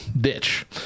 ditch